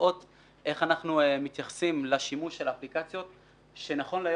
לראות איך אנחנו מתייחסים לשימוש של האפליקציות שנכון להיום,